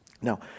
Now